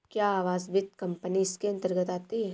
क्या आवास वित्त कंपनी इसके अन्तर्गत आती है?